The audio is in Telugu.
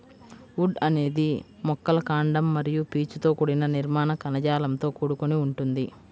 వుడ్ అనేది మొక్కల కాండం మరియు పీచుతో కూడిన నిర్మాణ కణజాలంతో కూడుకొని ఉంటుంది